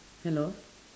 hello